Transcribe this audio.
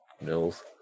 Mills